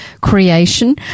creation